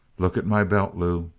look at my belt, lew.